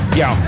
yo